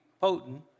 potent